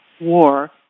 War